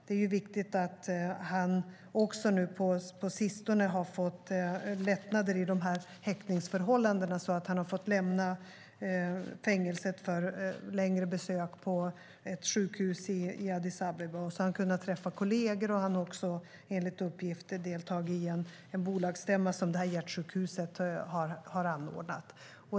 Det är viktigt att Fikru Maru på sistone har fått lättnader i häktningsförhållandena så att han har fått lämna fängelset för längre besök på ett sjukhus i Addis Abeba, där han har kunnat träffa kolleger. Han har också enligt uppgift deltagit i en bolagsstämma som det här hjärtsjukhuset har anordnat.